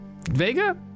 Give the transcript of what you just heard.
Vega